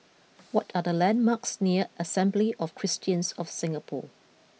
what are the landmarks near Assembly of Christians of Singapore